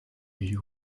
you